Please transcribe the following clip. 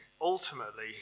ultimately